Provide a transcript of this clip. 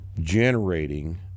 generating